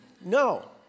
No